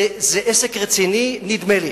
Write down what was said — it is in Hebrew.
זה עסק רציני, נדמה לי.